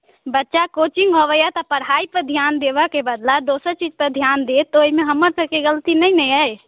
बच्चा कोचिङ्ग अबैया तऽ पढ़ाइ पर ध्यान देबऽ के बदला दोसर चीज पर ध्यान देत तऽ ओहिमे हमर सबके गलती नहि ने अइ